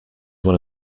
one